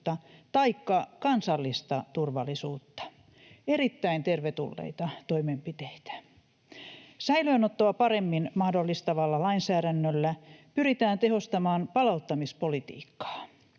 taikka kansallista turvallisuutta. — Erittäin tervetulleita toimenpiteitä. Säilöönottoa paremmin mahdollistavalla lainsäädännöllä pyritään tehostamaan palauttamispolitiikkaa.